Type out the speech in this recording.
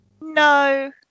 No